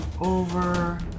over